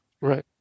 Right